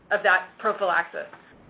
of that prophylaxis.